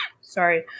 sorry